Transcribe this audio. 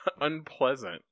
unpleasant